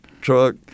truck